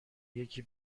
یکی